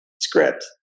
script